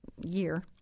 year